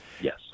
Yes